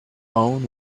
own